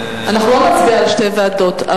אנחנו לא נצביע על שתי ועדות.